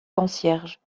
concierges